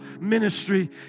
ministry